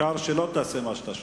העיקר שלא תעשה מה שאתה שומע.